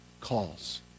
calls